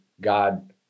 God